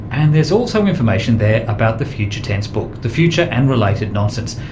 and there's also information there about the future tense book, the future and related nonsense,